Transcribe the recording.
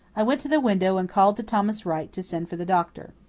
i went to the window and called to thomas wright to send for the doctor.